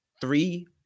three